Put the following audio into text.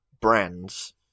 brands